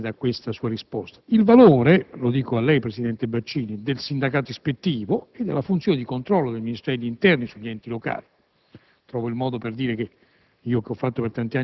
legge. Un'altra riflessione molto positiva mi viene dalla sua risposta: il valore - lo dico a lei, presidente Baccini - del sindacato ispettivo e della funzione di controllo del Ministero dell'interno sugli enti locali.